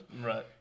Right